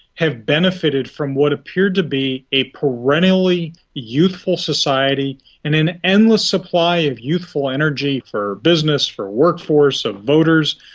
have benefited from what appeared to be a perennially youthful society in an endless supply of youthful energy for business, for workforce, of voters,